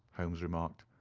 holmes remarked.